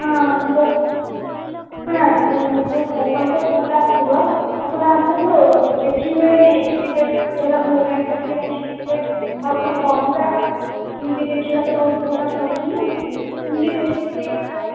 ହଁ ତ ଏ ଯେଉଁ ସାଇକେଲ୍ ତ ଭଲ ଆସିବ ଆପଣ ଆସନ୍ତୁ ଦେଖିବେ ନେଇକି ଯିବେ ଯେଉଁଟା ଭଲ ଲାଗିବ ସେଇଟା ନେଇକି ଯିବେ ଆଉ କ'ଣ କହିବା ନିଜେ ଦେଖିବା ତ ବହୁତ ଫରକ୍ ରହୁଛି ନା ନିଜେ ଦେଖିକି ନେଇ ଯିବାର